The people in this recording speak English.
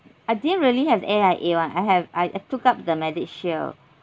I didn't really have A_I_A one I have I I took up the medishield